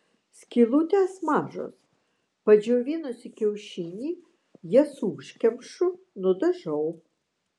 skylutės mažos padžiovinusi kiaušinį jas užkemšu nudažau